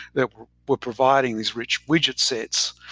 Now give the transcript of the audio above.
that were were providing these rich widget sets.